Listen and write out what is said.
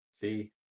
See